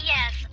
Yes